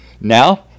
now